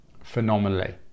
phenomenally